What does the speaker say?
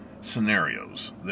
scenarios